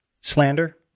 slander